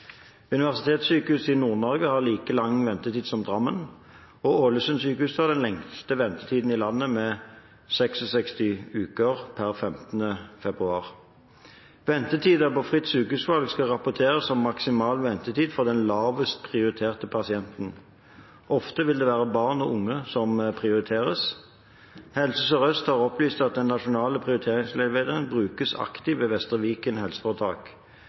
i Nord-Norge har like lang ventetid som Drammen, og Ålesund sykehus har den lengste ventetiden i landet med 66 uker per 15. februar. Ventetider på Fritt sykehusvalg skal rapporteres som maksimal ventetid for den lavest prioriterte pasienten. Ofte vil det være barn og unge som prioriteres. Helse Sør-Øst har opplyst at den nasjonale prioriteringsveilederen brukes aktivt ved Vestre Viken helseforetak.